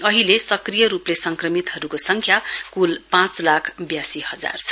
अहिले सक्रिय रुपले संक्रमितहरुका संख्या कुल पाँच लाख बयासी हजार छ